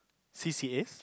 C_C_As